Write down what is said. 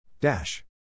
Dash